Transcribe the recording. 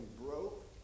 broke